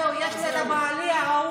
זהו, יש לי בעלי האהוב.